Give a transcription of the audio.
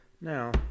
Now